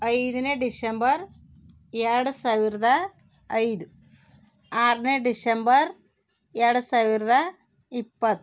ಐದನೇ ಡಿಶೆಂಬರ್ ಎರ್ಡು ಸಾವಿರದ ಐದು ಆರನೇ ಡಿಶೆಂಬರ್ ಎರ್ಡು ಸಾವಿರದ ಇಪ್ಪತ್ತು